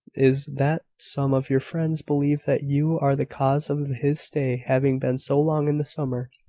is, that some of your friends believe that you are the cause of his stay having been so long in the summer,